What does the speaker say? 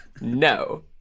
No